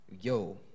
yo